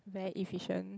very efficient